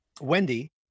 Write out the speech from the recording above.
Wendy